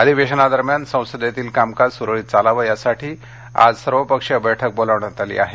अधिवेशनादरम्यान संसदेतील कामकाज सुरळीत चालावं यासाठी आज सर्वपक्षीय बैठक बोलावण्यात आली आहे